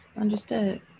Understood